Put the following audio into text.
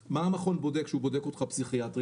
הרי מה המכון בודק, כשהוא בודק אותך פסיכיאטרית?